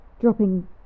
dropping